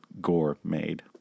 Gore-Made